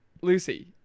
Lucy